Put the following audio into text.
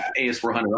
AS400